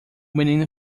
menino